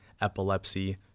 epilepsy